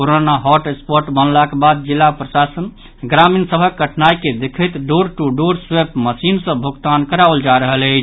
corona hotspot बनलाक बाद जिला प्रशासन ग्रामीण सभक कठिनाई के देखैत door to door swipe machine सँ भोगतान कराओल जा रहल अछि